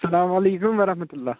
اسلام وعلیکُم وَرَحمُتُ اللّہ